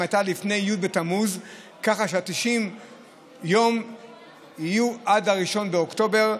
הייתה לפני י' בתמוז ככה ש-90 יום יהיו עד 1 באוקטובר.